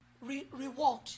Reward